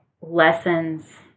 lessons